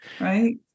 right